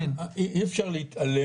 שלא אני, ואפילו מרכזי הסיוע